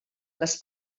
les